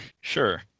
sure